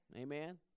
Amen